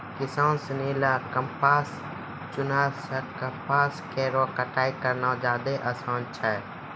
किसान सिनी ल कपास चुनला सें कपास केरो कटाई करना जादे आसान छै